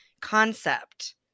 Concept